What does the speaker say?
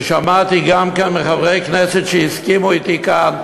ושמעתי גם מחברי כנסת שהסכימו אתי כאן,